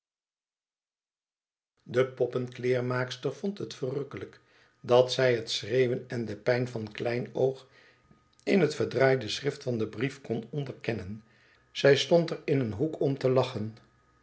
de poppenkleermaakster vond het verrukkelijk dat zij het schreeuwen en de pijn van kleinoogin het verdraaide schrift van dien brief kon onderkennen zij stond er in een hoek om te lachen